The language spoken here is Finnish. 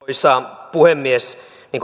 arvoisa puhemies